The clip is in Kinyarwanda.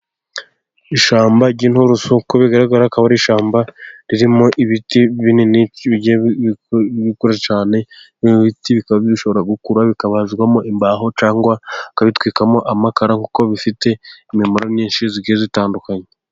Ishyamba ry'inturusu uko bigaragara akaba ari ishyamba ririmo ibiti binini bigiye bikura cyane. Ibi biti bikaba bishobora gukura bikabazwamo imbaho cyangwa bakabitwikamo amakara kuko bifite imimaro nyinshi igiye itandukanye.